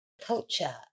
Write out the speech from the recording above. culture